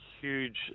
huge